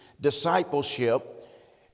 discipleship